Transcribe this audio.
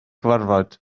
cyfarfod